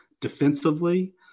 defensively